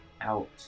out